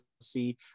see